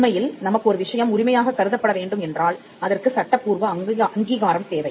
உண்மையில் நமக்கு ஒரு விஷயம் உரிமையாகக் கருதப்பட வேண்டும் என்றால் அதற்கு சட்டப்பூர்வ அங்கீகாரம் தேவை